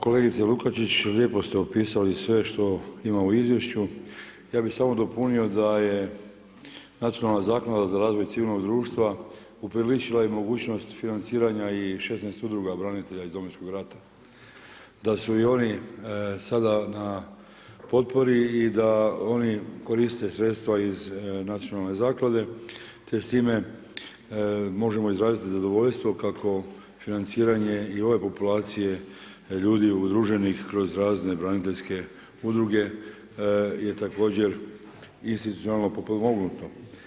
Kolegice Lukačić, lijepo ste opisali sve što ima u izvješću, ja bi samo dopunio da je Nacionalna zaklada za razvoj civilnog društva upriličila i mogućnost financiranja i 16 udruga branitelja iz Domovinskog rata, da su oni sada na potporu i da oni koriste sredstva iz Nacionalne zaklade te s time mogu izraziti zadovoljstvo kako financiranje i ove populacije ljudi udruženih kroz razne braniteljske udruge je također institucionalno potpomognuto.